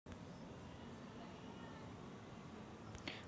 पैसे पाठवासाठी आर.टी.जी.एसचं सोप पडते का?